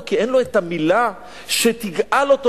כי אין לו את המלה שתגאל אותו,